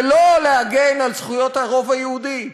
זה לא להגן על זכויות הרוב היהודי.